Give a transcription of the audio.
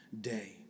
day